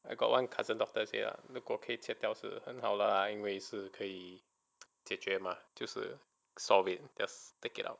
I got one cousin doctors say lah 如果可以切掉是很好啦因为是可以解决嘛就是 solve it just take it up